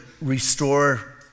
restore